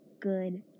good